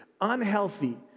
unhealthy